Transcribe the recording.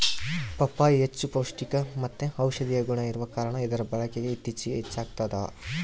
ಪಪ್ಪಾಯಿ ಹೆಚ್ಚು ಪೌಷ್ಟಿಕಮತ್ತೆ ಔಷದಿಯ ಗುಣ ಇರುವ ಕಾರಣ ಇದರ ಬಳಕೆ ಇತ್ತೀಚಿಗೆ ಹೆಚ್ಚಾಗ್ತದ